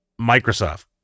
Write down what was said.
Microsoft